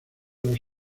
los